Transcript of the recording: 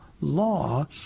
law